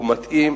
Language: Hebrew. הוא מתאים,